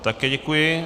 Také děkuji.